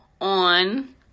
on